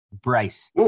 Bryce